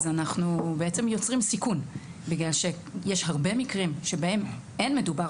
אנחנו יוצרים סיכון כי יש הרבה מקרים בהם אין מדובר